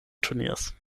turniers